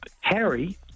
Harry